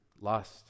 Lust